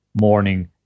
morning